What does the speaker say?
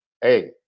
Hey